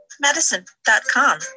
medicine.com